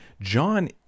John